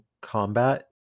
combat